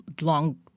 long